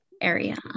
area